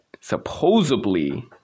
supposedly